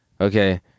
Okay